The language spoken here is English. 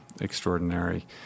Extraordinary